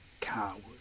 coward